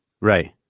right